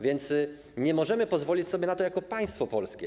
Więc nie możemy pozwolić sobie na to jako państwo polskie.